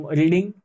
reading